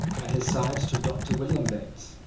at his side stood doctor william bates,